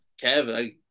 Kevin